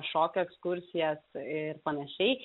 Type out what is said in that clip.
šokio ekskursijas ir panašiai